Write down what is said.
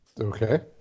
Okay